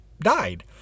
died